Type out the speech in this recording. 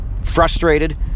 frustrated